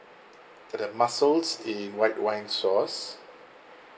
t~ the mussels in white wine sauce